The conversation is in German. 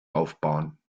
aufbauen